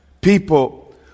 people